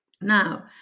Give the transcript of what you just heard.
Now